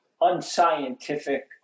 unscientific